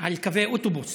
על קווי אוטובוס,